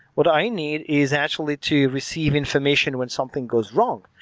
what i need is actually to receive information when something goes wrong,